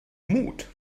mut